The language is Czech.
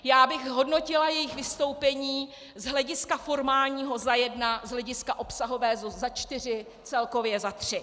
Já bych hodnotila jejich vystoupení z hlediska formálního za jedna, z hlediska obsahového za čtyři, celkově za tři.